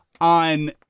on